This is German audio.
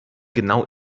genau